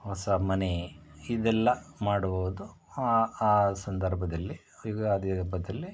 ಹೊಸ ಮನೆ ಇದೆಲ್ಲ ಮಾಡುವುದು ಆ ಸಂದರ್ಭದಲ್ಲಿ ಯುಗಾದಿ ಹಬ್ಬದಲ್ಲಿ